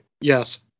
Yes